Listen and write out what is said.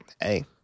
hey